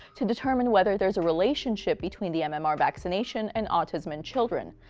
to determine whether there's a relationship between the um and mmr vaccination and autism in children.